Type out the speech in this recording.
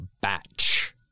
batch